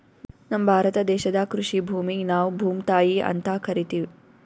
ನಮ್ ಭಾರತ ದೇಶದಾಗ್ ಕೃಷಿ ಭೂಮಿಗ್ ನಾವ್ ಭೂಮ್ತಾಯಿ ಅಂತಾ ಕರಿತಿವ್